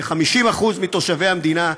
כ-50% מתושבי המדינה,